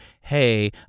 Hey